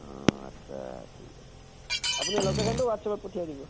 অঁ আচ্ছা ঠিক আছে আপুনি লকেশ্য়নটো হোৱাটছএপত পঠিয়াই দিব